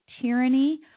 Tyranny